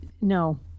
no